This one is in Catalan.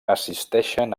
assisteixen